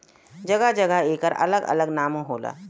जगह जगह एकर अलग अलग नामो होला